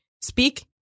speak